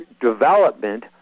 development